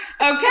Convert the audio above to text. Okay